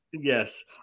Yes